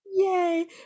Yay